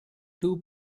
two